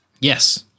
Yes